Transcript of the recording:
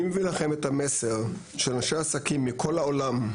אני מביא לכם את המסר של אנשי עסקים מכל העולם,